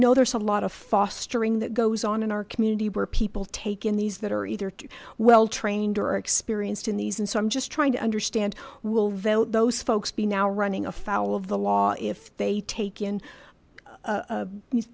know there's a lot of fostering that goes on in our community where people take in these that are either well trained or experienced in these and so i'm just trying to understand will the those folks be now running afoul of the law if they take in